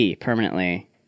permanently